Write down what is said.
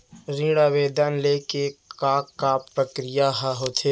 ऋण आवेदन ले के का का प्रक्रिया ह होथे?